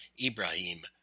Ibrahim